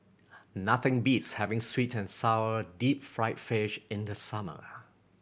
nothing beats having sweet and sour deep fried fish in the summer